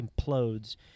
implodes